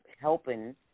helping